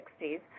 1960s